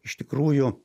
iš tikrųjų